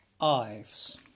Ives